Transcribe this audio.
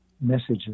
messages